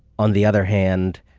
on the other hand,